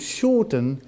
shorten